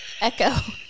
echo